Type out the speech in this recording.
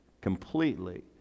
completely